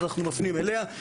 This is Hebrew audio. אז אנחנו מפנים אליה.